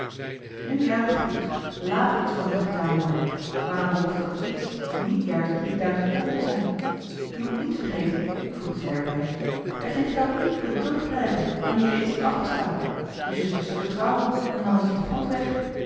nu ja goed laat er iets voor hen gedaan worden maar dan behoeft dat iets niet juist drieduizend pond te zijn je moet niet vergeten voegde zij erbij dat je het geld niet kunt terugkrijgen wanneer je t eens hebt afgestaan je zusters zullen trouwen en dan is het voor goed weg